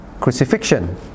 crucifixion